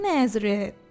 Nazareth